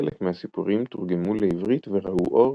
חלק מהסיפורים תורגמו לעברית וראו אור